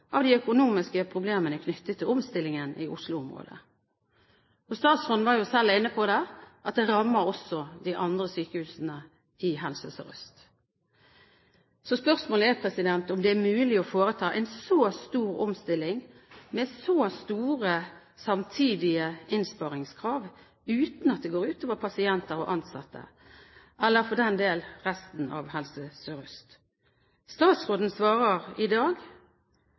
av de økonomiske problemene knyttet til omstillingen i Oslo-området. Statsråden var jo selv inne på at det rammer også de andre sykehusene i Helse Sør-Øst. Så spørsmålet er om det er mulig å foreta en så stor omstilling med så store samtidige innsparingskrav, uten at det går ut over pasienter og ansatte, eller, for den del, resten av Helse Sør-Øst. Statsråden svarer i dag: